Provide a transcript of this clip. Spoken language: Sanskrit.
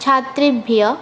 छात्रेभ्यः